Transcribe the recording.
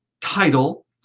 title